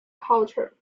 culture